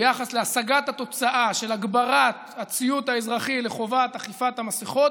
ביחס להשגת התוצאה של הגברת הציות האזרחי לחובת חבישת המסכות,